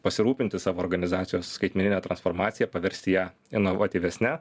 pasirūpinti savo organizacijos skaitmenine transformacija paversti ją inovatyvesne